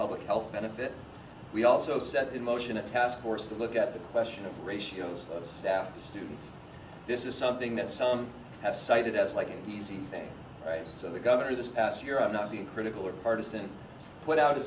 public health benefit we also set in motion a task force to look at the question of ratios of staff to students this is something that some have cited as like an easy thing right so the governor this past year i'm not being critical or partisan put out a